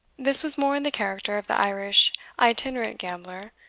this was more in the character of the irish itinerant gambler,